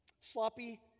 Sloppy